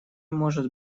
может